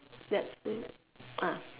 that thing ah